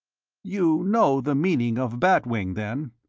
you know the meaning of bat wing, then?